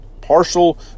partial